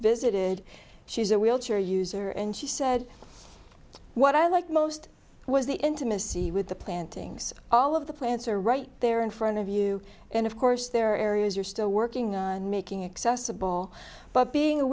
visited she's a wheelchair user and she said what i like most was the intimacy with the plantings all of the plants are right there in front of you and of course there are areas you're still working on making accessible but being a